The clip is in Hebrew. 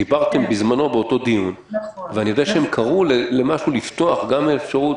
דיברתי באותו דיון ואני יודע שהם קראו לפתוח גם אפשרות